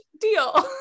deal